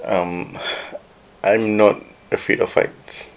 um I'm not afraid of heights